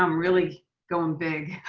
um really going big.